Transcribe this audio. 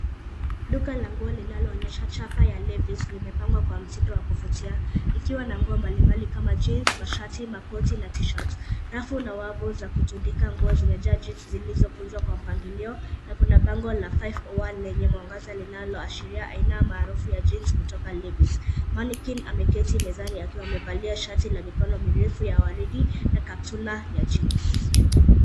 Duka la nguo linaloonyesha chapa ya (cs)levis(cs) limepangwa kwa mtindo wa kuvutia ikiwa na nguo mbali mbali kama (cs)jeans(cs), mashati, makoti na (cs)t-shirt(cs). Rafu na wavu za kutundika nguo zimejaa (cs)jeans(cs) zilizokunjwa kwa mpangilio na kuna bango la 501 lenye mwangaza linaloashiria aina maarufu ya (cs)jeans(cs)kutoka (cs)levis(cs)(cs)Mannequin(cs)ameketi mezani akiwa amevalia shati ya mikono mirefu ya waridi na kaptula ya (cs)jeans(cs).